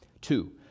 Two